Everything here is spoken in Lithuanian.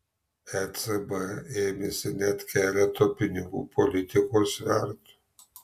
ecb ėmėsi net keleto pinigų politikos svertų